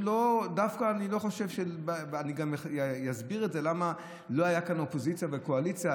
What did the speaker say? אני גם אסביר למה לא היו כאן אופוזיציה וקואליציה.